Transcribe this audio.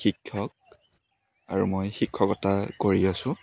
শিক্ষক আৰু মই শিক্ষকতা কৰি আছোঁ